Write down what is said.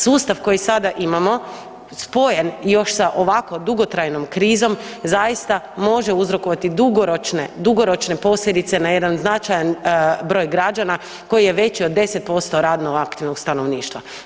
Sustav koji sada imamo spojen još sa ovako dugotrajnom krizom, zaista može uzrokovati dugoročne posljedice na jedan značajan broj građana koji je veći od 10% radno aktivnog stanovništva.